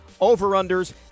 over-unders